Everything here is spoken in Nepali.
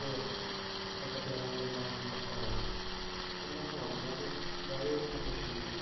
हो अगर तपाईँले राम्रो बनाउनु सक्छ भने सम्भावनाहरू बन्यो भयो त्यहाँ पछि